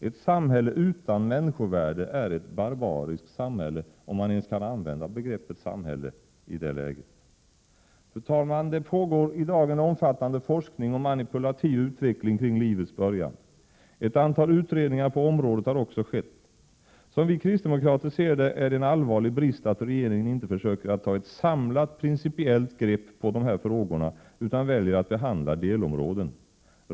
Ett samhälle utan människovärde är ett barbariskt samhälle, om man ens kan använda begreppet samhälle i det läget. Fru talman! Det pågår i dag en omfattande forskning och manipulativ utveckling kring livets början. Ett antal utredningar på området har också gjorts. Som vi kristdemokrater ser det är det en allvarlig brist att regeringen inte försöker att ta ett samlat principiellt grepp på de här frågorna utan väljer att behandla delområden.